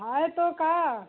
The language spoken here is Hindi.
हैं तो क्या